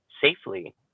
safely